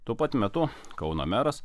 tuo pat metu kauno meras